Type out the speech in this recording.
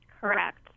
Correct